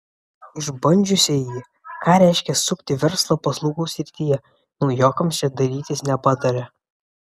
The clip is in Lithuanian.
išbandžiusieji ką reiškia sukti verslą paslaugų srityje naujokams čia dairytis nepataria